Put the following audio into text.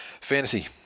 Fantasy